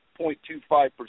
0.25%